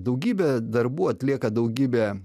daugybę darbų atlieka daugybė